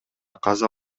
каза